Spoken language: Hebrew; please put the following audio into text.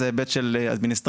הוא ההיבט של אדמיניסטרציה,